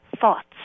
thoughts